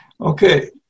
Okay